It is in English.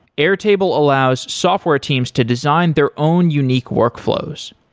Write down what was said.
airtable allows software teams to design their own unique workflows.